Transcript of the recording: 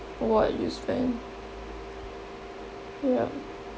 what you spend yup